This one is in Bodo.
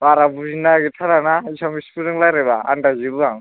बारा बुजिनो नागिरथाराना एसामिसफोरजों लायराइबा आनदायजोबो आं